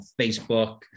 facebook